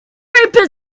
reaper